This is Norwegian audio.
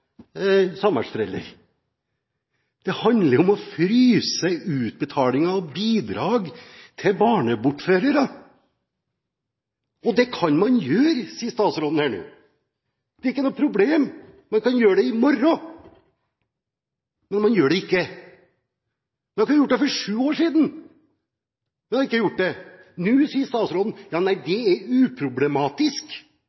Det handler om å fryse utbetalinger og bidrag til barnebortførere, og det kan man gjøre, sier statsråden her nå. Det er ikke noe problem, man kan gjøre det i morgen. Men man gjør det ikke. Man kunne gjort det for sju år siden. Men man har ikke gjort det. Nå sier statsråden: Nei,